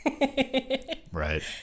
right